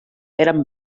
eren